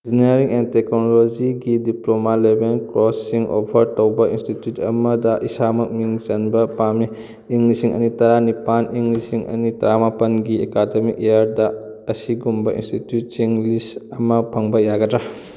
engineering and ꯇꯦꯛꯀꯣꯅꯣꯂꯣꯖꯤꯒꯤ diploma ꯂꯦꯕꯦꯜ ꯀꯣꯔꯁꯁꯤꯡ ꯑꯣꯐꯔ ꯇꯧꯕ ꯏꯟꯁꯇꯤꯇ꯭ꯌꯨꯠ ꯑꯃꯗ ꯏꯁꯥꯃꯛ ꯃꯤꯡ ꯆꯟꯕ ꯄꯥꯝꯏ ꯏꯪ ꯂꯤꯁꯤꯡ ꯑꯅꯤ ꯇꯔꯥꯅꯤꯄꯥꯜ ꯏꯪ ꯂꯤꯁꯤꯡ ꯑꯅꯤ ꯇꯔꯥꯃꯥꯄꯜꯒꯤ ꯑꯦꯀꯥꯗꯃꯤꯛ ꯏꯌꯥꯔꯗ ꯑꯁꯤꯒꯨꯝꯕ ꯏꯟꯁꯇꯤꯇ꯭ꯌꯨꯠꯁꯤꯡ ꯂꯤꯁ ꯑꯃ ꯐꯪꯕ ꯌꯥꯒꯗ꯭ꯔꯥ